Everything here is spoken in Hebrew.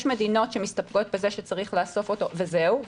יש מדינות שמסתפקות בזה שצריך לאסוף אותו וזהו,